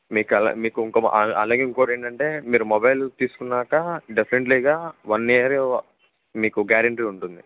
మీకు అలా మీకు ఇంకో అలాగే ఇంకోకటి ఏంటంటే మీరు మొబైల్ తీసుకున్నాక డెఫినిట్లీగా వన్ ఇయర్ మీకు గ్యారెంటీ ఉంటుంది